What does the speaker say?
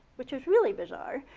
which is really bizarre.